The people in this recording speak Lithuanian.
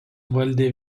valdė